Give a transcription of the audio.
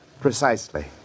Precisely